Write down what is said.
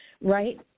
right